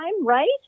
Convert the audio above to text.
right